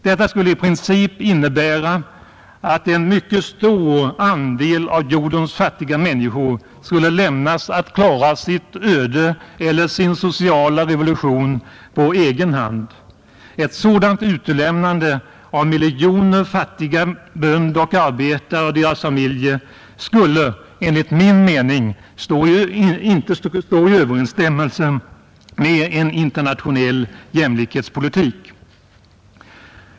Detta skulle i princip innebära att en mycket stor andel av jordens fattiga människor skulle lämnas att klara sitt öde eller sin sociala revolution på egen hand. Ett sådant utelämnande av miljoner fattiga bönder och arbetare och deras familjer skulle enligt min mening inte stå i överensstämmelse med en internationell jämlikhetspolitik.